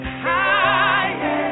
high